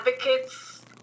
advocates